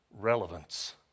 relevance